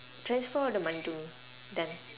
transfer all the money to me done